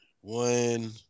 One